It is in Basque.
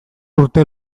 urte